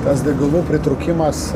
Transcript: tas degalų pritrūkimas